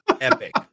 epic